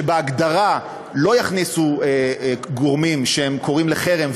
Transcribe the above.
שבהגדרה לא יכניסו גורמים שהם קוראים לחרם,